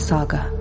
Saga